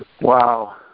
Wow